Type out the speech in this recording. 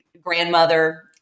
grandmother